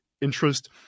interest